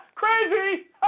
Crazy